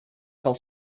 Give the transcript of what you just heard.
fell